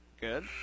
Good